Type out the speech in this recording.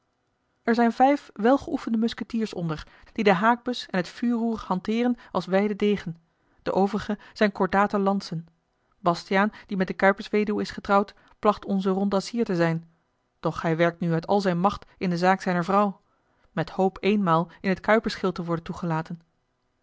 er zijn vijf welgeoefende musketiers onder die den haakbus en het vuurroer hanteeren als wij den degen de overige zijn cordate lantzen bastiaan die met de kuipersweduwe is getrouwd placht onze rondassier te zijn doch hij werkt nu uit al zijne macht in de zaak zijner vrouw met hoop eenmaal in t kuipersgild te worden toegelaten